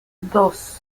dos